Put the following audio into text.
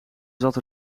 zat